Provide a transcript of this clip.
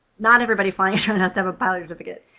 not everybody flying a drone has to have a pilot certificate.